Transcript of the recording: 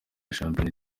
shampiyona